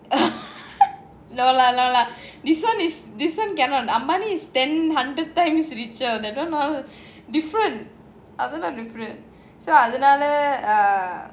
no lah no lah this one cannot Ambani is ten hundred times richer that one all richer different so அதனால:adhanala err